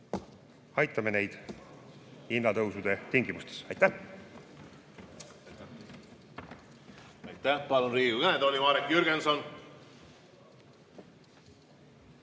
aitame inimesi hinnatõusude tingimustes. Aitäh!